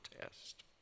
test